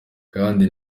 kandi